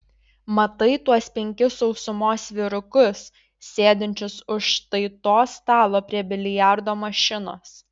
matai tuos penkis sausumos vyrukus sėdinčius už štai to stalo prie biliardo mašinos